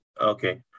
Okay